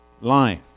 life